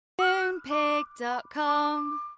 Moonpig.com